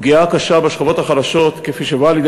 הפגיעה הקשה בשכבות החלשות כפי שהיא באה לידי